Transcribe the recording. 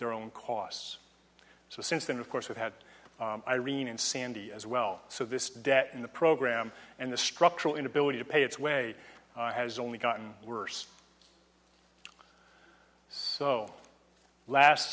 their own costs so since then of course we've had irene and sandy as well so this debt in the program and the structural inability to pay its way has only gotten worse so last